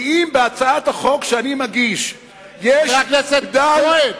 כי אם בהצעת החוק שאני מגיש יש בדל ספק אם היא